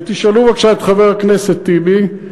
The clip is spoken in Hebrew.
ותשאלו בבקשה את חבר הכנסת טיבי,